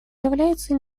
являются